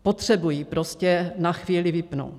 Potřebují prostě na chvíli vypnout.